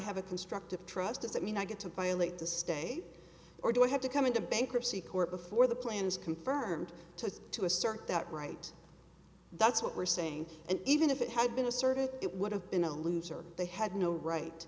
have a constructive trust does that mean i get to violate the stay or do i have to come into bankruptcy court before the plan is confirmed to to assert that right that's what we're saying and even if it had been asserted it would have been a loser they had no right